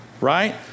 right